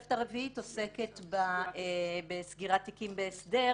התוספת הרביעית עוסקת בסגירת תיקים בהסדר.